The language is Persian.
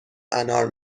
انار